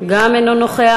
גם אינו נוכח.